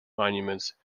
monuments